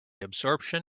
absorption